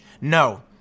No